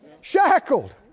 shackled